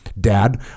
Dad